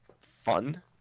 fun